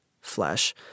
flesh